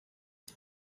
les